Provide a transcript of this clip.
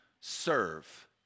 serve